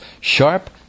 sharp